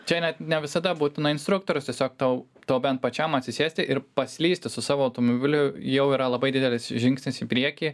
čia net ne visada būtina instruktorius tiesiog tau tau bent pačiam atsisėsti ir paslysti su savo automobiliu jau yra labai didelis žingsnis į priekį